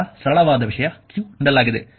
ಬಹಳ ಸರಳವಾದ ವಿಷಯ q ನೀಡಲಾಗಿದೆ